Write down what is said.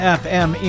fm